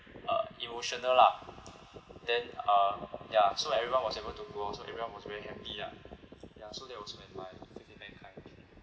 uh emotional lah then uh ya so everyone was able to go out so everyone was very happy lah ya so that was when my faith in mankind was renewed